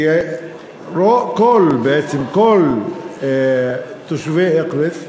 כי בעצם כל תושבי אקרית,